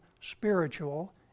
spiritual